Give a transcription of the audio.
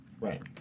Right